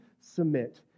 submit